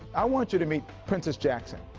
i want you to meet princess jackson.